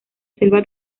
selva